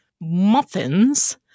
muffins